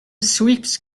sweeps